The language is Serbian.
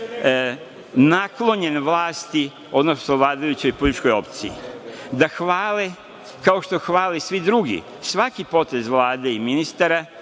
naklonjen vlasti, odnosno vladajućoj političkoj opciji, da hvale, kao što hvale svi drugi svaki potez Vlade, ministara,